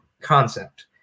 concept